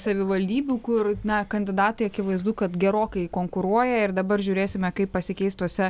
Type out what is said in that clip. savivaldybių kur na kandidatai akivaizdu kad gerokai konkuruoja ir dabar žiūrėsime kaip pasikeis tose